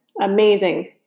amazing